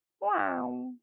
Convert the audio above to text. Wow